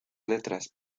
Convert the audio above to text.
letras